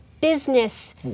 business